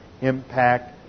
impact